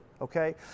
Okay